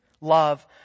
love